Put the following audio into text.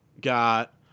got